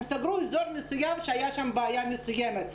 הם סגרו אזור מסוים שהייתה שם בעיה מסוימת.